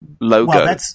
logo